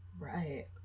right